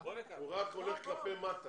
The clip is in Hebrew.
משה, אל